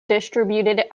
distributed